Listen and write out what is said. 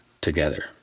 together